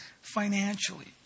financially